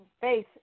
faith